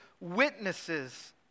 witnesses